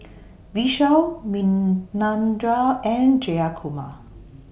Vishal Manindra and Jayakumar